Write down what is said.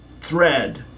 thread